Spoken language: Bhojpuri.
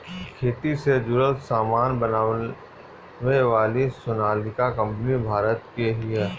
खेती से जुड़ल सामान बनावे वाली सोनालिका कंपनी भारत के हिय